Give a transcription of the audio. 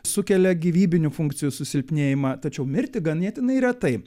sukelia gyvybinių funkcijų susilpnėjimą tačiau mirtį ganėtinai retai